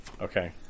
Okay